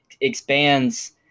expands